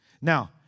Now